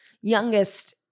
youngest